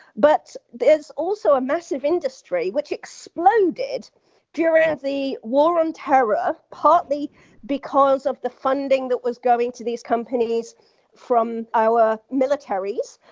but there's also a massive industry which exploded during the war on terror, partly because of the funding that was going to these companies from our militaries,